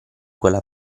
quella